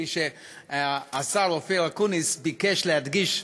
כפי שהשר אופיר אקוניס ביקש להדגיש,